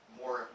more